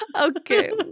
Okay